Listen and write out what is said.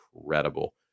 incredible